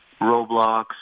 Roblox